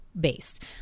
based